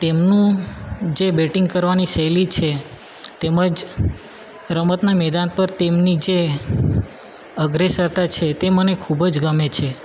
તેમની જે બેટિંગ કરવાની શૈલી છે તેમજ રમતના મેદાન પર તેમની જે અગ્રેસરતા છે તે મને ખૂબ જ ગમે છે